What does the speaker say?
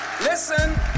listen